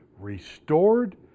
restored